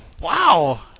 Wow